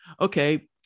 okay